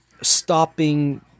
Stopping